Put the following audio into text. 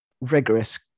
rigorous